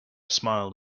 smiled